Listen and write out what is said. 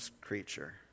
creature